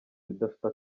bidafite